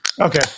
Okay